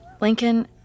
Lincoln